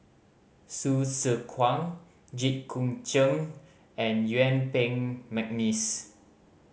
Hsu Tse Kwang Jit Koon Ch'ng and Yuen Peng McNeice